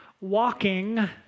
walking